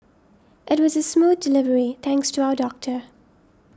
it was a smooth delivery thanks to our doctor